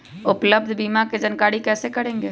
उपलब्ध बीमा के जानकारी कैसे करेगे?